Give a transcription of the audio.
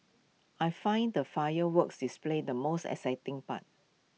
I find the fireworks display the most exciting part